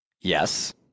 Yes